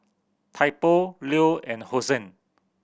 Typo Leo and Hosen